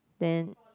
then